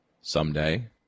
someday